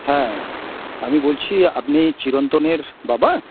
হ্যাঁ আমি বলছি আপনি চিরন্তনের বাবা